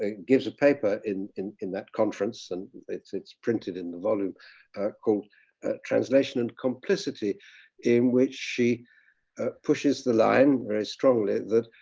ah gives a paper in in that conference and it's it's printed in the volume called translation and complicity in which she pushes the line very strongly that,